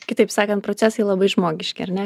kitaip sakant procesai labai žmogiški ar ne